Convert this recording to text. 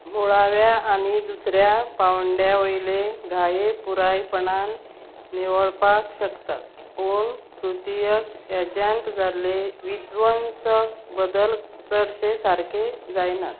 मुळाव्या आनी दुसऱ्या पावंड्या वयले घाये पुरायपणान निवळपाक शकतात पूण तृतयक येजांत जाल्ले विद्वंसक बदल चडशे सारके जायनात